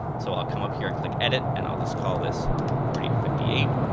so i'll come up here and click edit and i'll just call this forty to fifty eight.